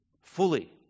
fully